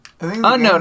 Unknown